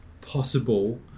possible